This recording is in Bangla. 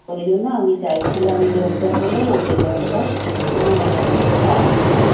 ওই জন্য আমি চাইছিলাম যে ওইটা হলে ওদের একটা হুম ইচ্ছা আসবে